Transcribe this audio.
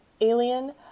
Alien